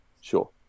sure